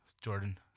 Jordan